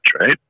right